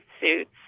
suits